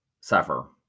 suffer